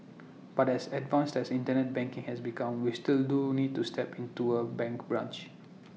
but as advanced as Internet banking has become we still do need to step into A bank branch